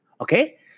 Okay